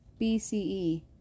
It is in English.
BCE